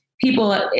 people